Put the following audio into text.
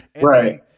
Right